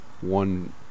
one